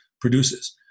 produces